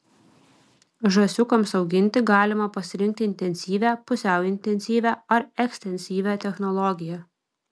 žąsiukams auginti galima pasirinkti intensyvią pusiau intensyvią ar ekstensyvią technologiją